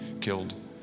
killed